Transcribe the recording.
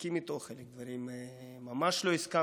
על חלק מהדברים ממש לא הסכמתי איתו.